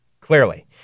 clearly